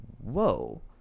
whoa